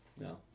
No